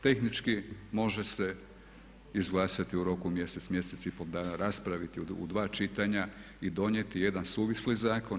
Tehnički može se izglasati u roku mjesec, mjesec i pol dana, raspraviti u dva čitanja i donijeti jedan suvisli zakon.